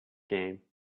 game